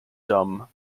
dumb